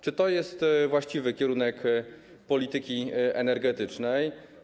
Czy to jest właściwy kierunek polityki energetycznej?